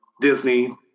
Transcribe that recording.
Disney